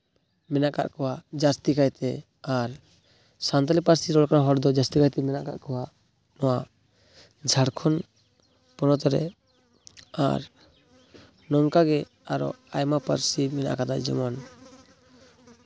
ᱢᱮᱱᱟᱜ ᱠᱟᱜ ᱠᱚᱣᱟ ᱡᱟᱹᱥᱛᱤ ᱠᱟᱭᱛᱮ ᱟᱨ ᱥᱟᱱᱛᱟᱲᱤ ᱯᱟᱹᱨᱥᱤ ᱨᱚᱨᱚᱲ ᱠᱟᱱ ᱦᱚᱲᱫᱚ ᱡᱟᱹᱥᱛᱤ ᱠᱟᱭᱛᱮ ᱢᱮᱱᱟᱜ ᱞᱟᱜ ᱠᱚᱣᱟ ᱱᱚᱣᱟ ᱡᱷᱟᱲᱠᱷᱚᱸᱰ ᱯᱚᱱᱚᱛ ᱨᱮ ᱟᱨ ᱱᱚᱝᱠᱟᱜᱮ ᱟᱨᱚ ᱟᱭᱢᱟ ᱯᱟᱹᱨᱥᱤ ᱢᱮᱱᱟᱜ ᱠᱟᱫᱟ ᱡᱮᱢᱚᱱ